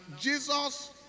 Jesus